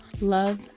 love